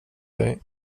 dig